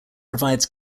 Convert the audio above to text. provides